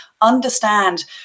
understand